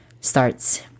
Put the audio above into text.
starts